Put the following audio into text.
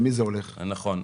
נכון.